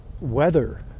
weather